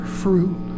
fruit